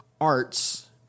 Arts